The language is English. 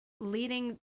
leading